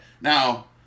Now